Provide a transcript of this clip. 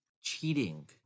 cheating